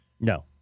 No